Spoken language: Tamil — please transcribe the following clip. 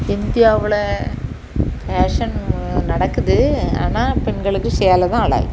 இந்தியாவில் ஃபேஷன் நடக்குது ஆனால் பெண்களுக்கு சேலை தான் அழகு